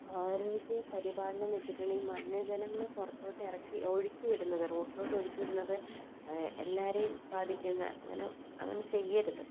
ആരോഗ്യ പരിപാലനമെന്ന് വെച്ചിട്ടുണ്ടെങ്കില് മലിനജലങ്ങള് പുറത്തേക്ക് ഒഴുക്കിവിടുന്നത് റോഡിലേക്കൊഴുക്കി വിടുന്നത് എല്ലാവരെയും ബാധിക്കുന്ന അങ്ങനെ അങ്ങനെ ചെയ്യരുത്